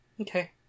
Okay